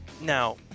Now